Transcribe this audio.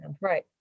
right